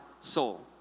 soul